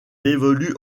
évolue